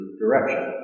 direction